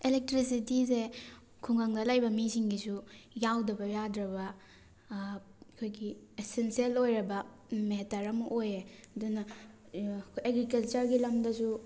ꯑꯦꯂꯦꯛꯇ꯭ꯔꯤꯛꯁꯤꯇꯤꯁꯦ ꯈꯨꯡꯒꯪꯗ ꯂꯩꯕ ꯃꯤꯁꯤꯡꯒꯤꯁꯨ ꯌꯥꯎꯗꯕ ꯌꯥꯗ꯭ꯔꯕ ꯑꯩꯈꯣꯏꯒꯤ ꯑꯦꯁꯁꯤꯟꯁꯦꯜ ꯑꯣꯏꯔꯕ ꯃꯦꯇꯔ ꯑꯃ ꯑꯣꯏꯌꯦ ꯑꯗꯨꯅ ꯑꯦꯒ꯭ꯔꯤꯀꯜꯆꯔꯒꯤ ꯂꯝꯗꯁꯨ